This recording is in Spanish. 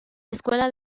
escuela